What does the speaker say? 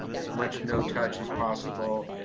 as much no touch as possible,